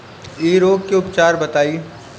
इ रोग के उपचार बताई?